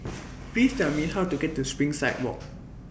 Please Tell Me How to get to Springside Walk